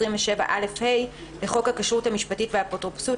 27א(ה) לחוק הכשרות המשפטית והאפוטרופסות,